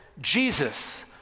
Jesus